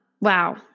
wow